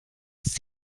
ist